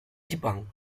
jepang